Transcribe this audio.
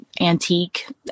antique